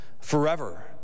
forever